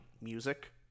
music